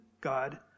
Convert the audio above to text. God